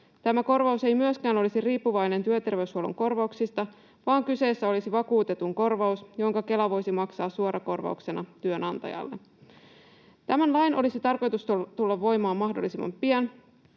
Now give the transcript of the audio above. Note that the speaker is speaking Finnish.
Tämä korvaus ei myöskään olisi riippuvainen työterveyshuollon korvauksista, vaan kyseessä olisi vakuutetun korvaus, jonka Kela voisi maksaa suorakorvauksena työnantajalle. Tämän lain olisi tarkoitus tulla voimaan mahdollisimman pian,